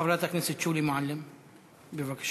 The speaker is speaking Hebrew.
חברת הכנסת שולי מועלם, בבקשה.